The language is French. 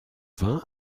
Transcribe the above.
vingt